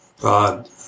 God